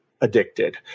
addicted